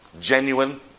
genuine